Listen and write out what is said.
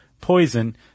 poison